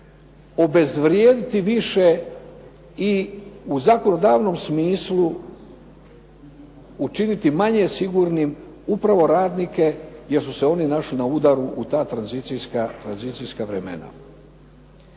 obezvrijediti više i u zakonodavnom smislu učiniti manje sigurnim upravo radnike jer su se oni našli na udaru u ta tranzicijska vremena.